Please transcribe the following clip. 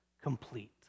complete